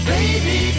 Baby